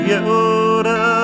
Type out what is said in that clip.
Yoda